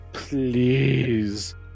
Please